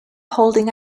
holding